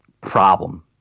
problem